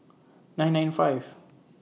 nine nine five